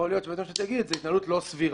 יכול להיות שבית המשפט יגיד זו התנהלות לא סבירה.